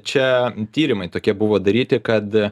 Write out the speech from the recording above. čia tyrimai tokie buvo daryti kad